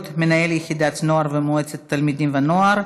(מנהל יחידת נוער ומועצת תלמידים ונוער)